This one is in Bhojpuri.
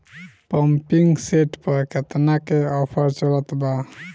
पंपिंग सेट पर केतना के ऑफर चलत बा?